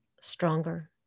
stronger